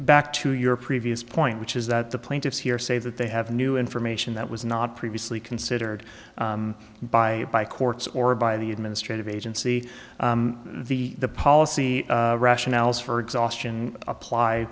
back to your previous point which is that the plaintiffs here say that they have new information that was not previously considered by by courts or by the administrative agency the policy rationales for exhaustion apply